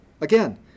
Again